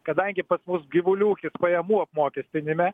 kadangi pas mus gyvulių ūkis pajamų apmokestinime